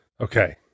Okay